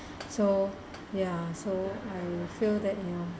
so ya so I will feel that ya